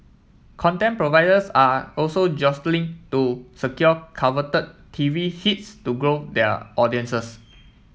content providers are also jostling to secure coveted T V hits to grow their audiences